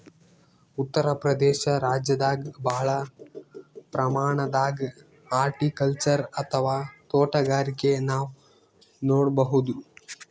ಉತ್ತರ್ ಪ್ರದೇಶ ರಾಜ್ಯದಾಗ್ ಭಾಳ್ ಪ್ರಮಾಣದಾಗ್ ಹಾರ್ಟಿಕಲ್ಚರ್ ಅಥವಾ ತೋಟಗಾರಿಕೆ ನಾವ್ ನೋಡ್ಬಹುದ್